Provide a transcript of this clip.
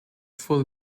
full